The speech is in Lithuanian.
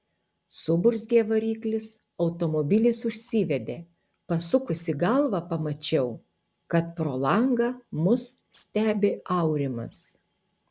suburzgė variklis automobilis užsivedė pasukusi galvą pamačiau kad pro langą mus stebi aurimas